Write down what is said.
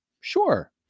sure